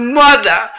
mother